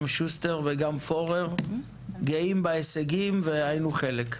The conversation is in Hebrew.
גם שוסטר וגם פורר גאים בהישגים והיינו חלק.